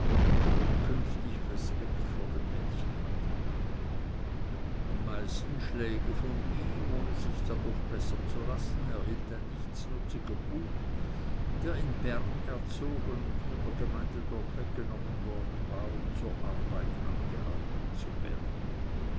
und künftig respekt vor dem mädchen hatte am meisten schläge von ihm ohne sich dadurch bessern zu lassen erhielt ein nichtsnutziger bube der in bern erzogen und von der gemeinde dort weggenommen worden war um zur arbeit angehalten zu werden